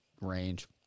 range